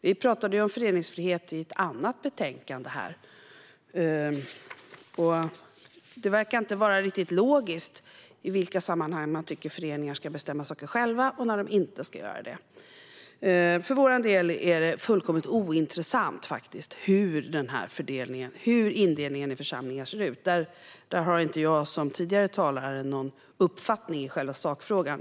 Vi pratade ju om föreningsfrihet i ett annat betänkande här, och det verkar inte riktigt finnas någon logik när det gäller i vilka sammanhang man tycker att föreningar ska bestämma saker själva och när de inte ska göra det. För vår del är det fullkomligt ointressant hur indelningen i församlingar ser ut. Där har jag, i motsats till tidigare talare, inte någon uppfattning i själva sakfrågan.